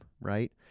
Right